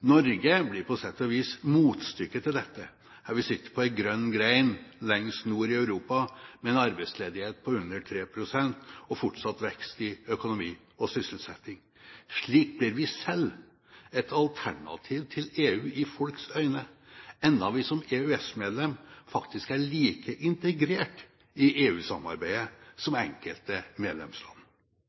Norge blir på sett og vis motstykket til dette, her vi sitter på en grønn gren lengst nord i Europa med en arbeidsledighet på under 3 pst. og fortsatt vekst i økonomi og sysselsetting. Slik ble vi selv et alternativ til EU i folks øyne enda vi som EØS-medlem faktisk er like integrert i EU-samarbeidet som enkelte medlemsland.